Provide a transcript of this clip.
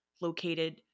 located